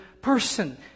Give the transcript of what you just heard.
person